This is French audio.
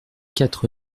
quatre